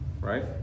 right